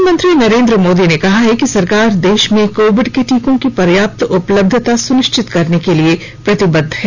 प्रधानमंत्री नरेंद्र मोदी ने कहा कि सरकार देश में कोविड के टीकों की पर्याप्त उपलब्धता सुनिश्चित करने के लिए प्रतिबद्ध है